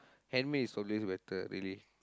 handmade is always better really